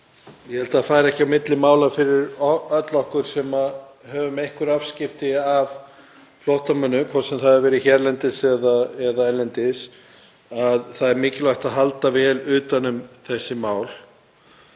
Ég held að það fari ekki á milli mála fyrir okkur öll sem höfum einhver afskipti af flóttamönnum, hvort sem það hefur verið hérlendis eða erlendis, að það er mikilvægt að halda vel utan um þessi mál.